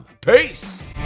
Peace